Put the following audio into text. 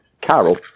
Carol